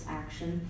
action